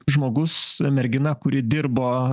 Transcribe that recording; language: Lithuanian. žmogus mergina kuri dirbo